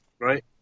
Right